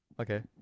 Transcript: Okay